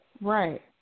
Right